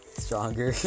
stronger